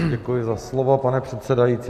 Děkuji za slovo, pane předsedající.